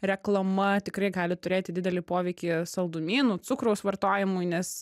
reklama tikrai gali turėti didelį poveikį saldumynų cukraus vartojimui nes